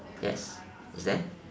yes is there